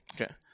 Okay